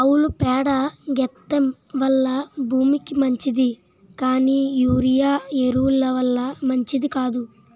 ఆవుల పేడ గెత్తెం వల్ల భూమికి మంచిది కానీ యూరియా ఎరువు ల వల్ల మంచిది కాదు